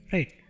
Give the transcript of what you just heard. Right